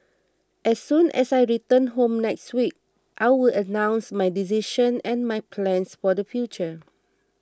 as soon as I return home next week I will announce my decision and my plans for the future